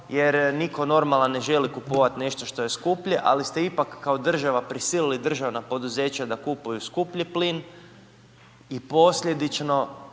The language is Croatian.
jer nitko normalan ne želi kupovati nešto što je skuplje ali ste ipak kao država prisilili državna poduzeća da kupuju skuplji plin i posljedično